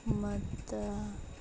ಮತ್ತು